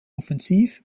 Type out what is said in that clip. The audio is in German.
offensiv